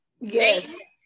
Yes